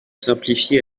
simplifiez